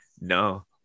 No